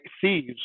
thieves